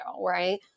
right